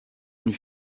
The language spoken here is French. une